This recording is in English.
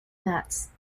mats